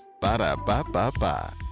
Ba-da-ba-ba-ba